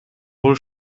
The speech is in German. wohl